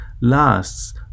lasts